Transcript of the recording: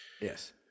Yes